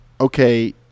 okay